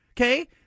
Okay